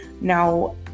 Now